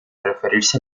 referirse